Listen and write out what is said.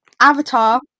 Avatar